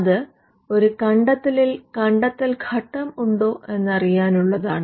അത് ഒരു കണ്ടെത്തലിൽ കണ്ടെത്തൽ ഘട്ടം ഉണ്ടോ എന്നറിയാൻ ഉള്ളതാണ്